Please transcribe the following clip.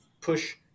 push